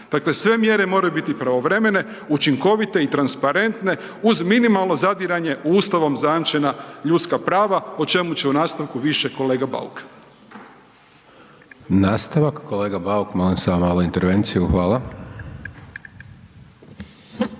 Dakle, sve mjere moraju biti pravovremene, učinkovite i transparentne uz minimalno zadiranje u ustavom zajamčena ljudska prava, o čemu će u nastavku više kolega Bauk. **Hajdaš Dončić, Siniša (SDP)** Nastavak kolega Bauk, molim samo malo intervenciju. Hvala.